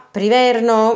Priverno